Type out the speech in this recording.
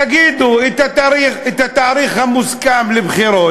תגידו את התאריך המוסכם לבחירות,